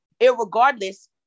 irregardless